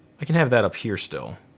i can have that up here still.